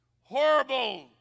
horrible